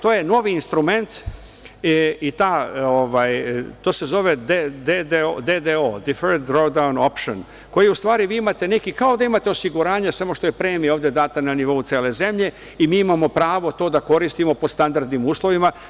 To je novi instrument i to se zove DDO - deferred radeon option koji vi u stvari imate kao da imate osiguranje, samo što je premija ovde data na nivou cele zemlje i mi imamo pravo da to koristimo po standardnim uslovima.